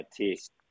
test